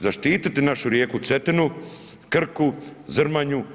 Zaštititi našu rijeku Cetinu, Krku, Zrmanju.